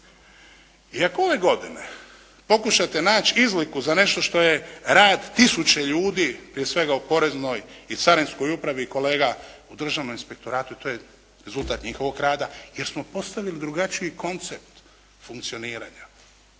I ako ove godine pokušate naći izliku za nešto što je rad tisuće ljudi prije svega u Poreznoj i Carinskoj upravi i kolega u Državnom inspektoratu jer to je rezultat njihovog rada jer smo postavili drugačiji koncept funkcioniranja.